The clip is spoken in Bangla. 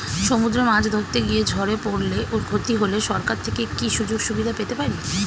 সমুদ্রে মাছ ধরতে গিয়ে ঝড়ে পরলে ও ক্ষতি হলে সরকার থেকে কি সুযোগ সুবিধা পেতে পারি?